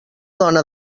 dona